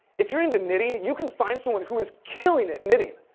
if you're into knitting, you can find someone who is killing at knitting,